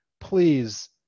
please